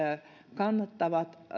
kannattavat